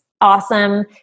awesome